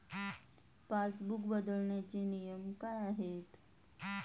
Passbook बदलण्याचे नियम काय आहेत?